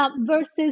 Versus